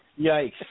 yikes